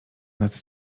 nad